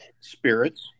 spirits